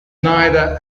neither